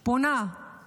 אני פונה ומפצירה,